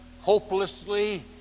hopelessly